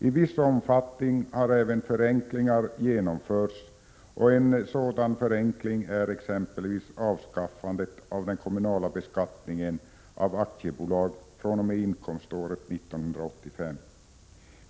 I viss omfattning har även förenklingar genomförts, och en sådan förenkling är avskaffandet av den kommunala beskattningen av aktiebolag fr.o.m. inkomståret 1985.